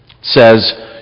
says